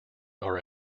are